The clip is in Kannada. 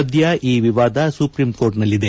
ಸದ್ದ ಈ ವಿವಾದ ಸುಪ್ರೀಂಕೋರ್ಚ್ನಲ್ಲಿದೆ